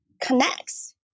connects